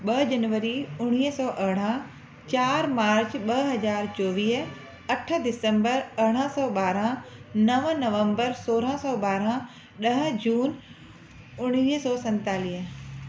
ॿ जनवरी उणिवीह सौ अरड़हं चारि मार्च ॿ हज़ार चोवीह अठ दिसम्बर अरड़हं सौ ॿारहं नव नवम्बर सोरहं सौ ॿारहं ॾह जून उणिवीह सौ सतेतालीह